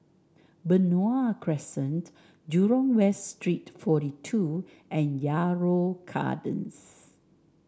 Benoi Crescent Jurong West Street forty two and Yarrow Gardens